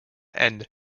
and